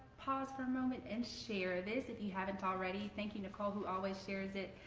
pause for a moment and share this if you haven't already thank you nicole who always shares it.